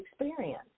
experience